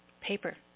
Paper